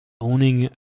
owning